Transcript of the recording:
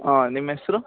ಹಾಂ ನಿಮ್ಮ ಹೆಸ್ರು